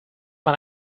man